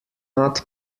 not